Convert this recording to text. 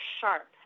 sharp